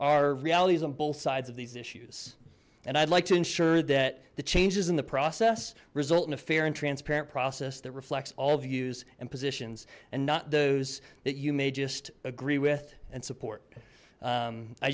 are realities on both sides of these issues and i'd like to ensure that the changes in the process result in a fair and transparent process that reflects all views and positions and not those that you may just agree with and support